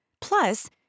Plus